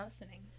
Listening